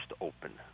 open